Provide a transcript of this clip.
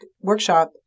workshop